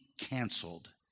canceled